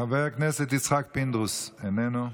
חבר הכנסת יצחק פינדרוס, איננו,